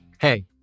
Hey